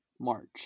march